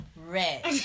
Red